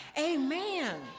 amen